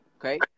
Okay